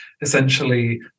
essentially